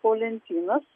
po lentynas